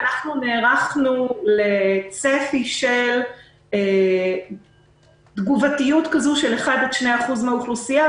אנחנו נערכנו לצפי של תגובתיות של 1% 2% מן האוכלוסייה.